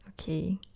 Okay